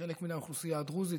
חלק מן האוכלוסייה הדרוזית,